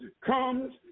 comes